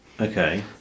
Okay